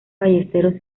ballesteros